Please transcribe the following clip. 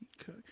Okay